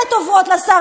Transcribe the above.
דברים השתנו,